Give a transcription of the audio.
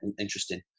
interesting